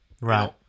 Right